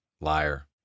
Liar